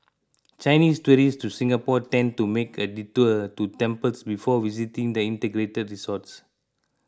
Chinese tourists to Singapore tend to make a detour to temples before visiting the integrated resorts